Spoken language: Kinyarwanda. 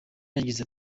yagize